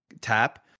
tap